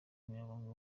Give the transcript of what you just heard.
umunyamabanga